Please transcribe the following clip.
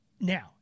Now